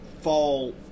fall